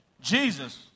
Jesus